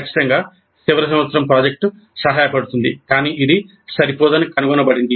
ఖచ్చితంగా చివరి సంవత్సరం ప్రాజెక్ట్ సహాయపడుతుంది కానీ ఇది సరిపోదని కనుగొనబడింది